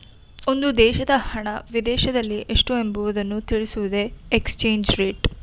ಒಂದು ದೇಶದ ಹಣ ವಿದೇಶದಲ್ಲಿ ಎಷ್ಟು ಎಂಬುವುದನ್ನು ತಿಳಿಸುವುದೇ ಎಕ್ಸ್ಚೇಂಜ್ ರೇಟ್